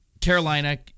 Carolina